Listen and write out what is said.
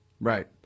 Right